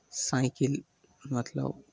cycle मतलब